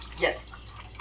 Yes